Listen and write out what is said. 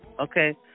okay